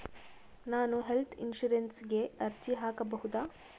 ನಾನು ಹೆಲ್ತ್ ಇನ್ಶೂರೆನ್ಸಿಗೆ ಅರ್ಜಿ ಹಾಕಬಹುದಾ?